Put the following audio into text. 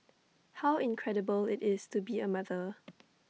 how incredible IT is to be A mother